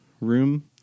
room